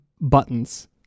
buttons